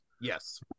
Yes